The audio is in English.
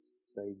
say